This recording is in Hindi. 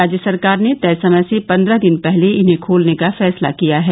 राज्य सरकार ने तय समय से पन्द्रह दिन पहले इन्हें खोलने का फैसला लिया है